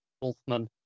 Wolfman